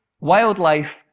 wildlife